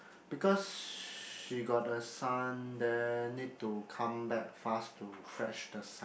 because she got a son there need to come back fast to fetch the son